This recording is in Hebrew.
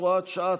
הוראת שעה,